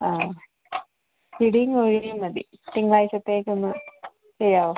അതെ പിടിയും കൊഴിനേയും മതി തിങ്കളാഴ്ച്ചത്തേക്കൊന്ന് ചെയ്യാവോ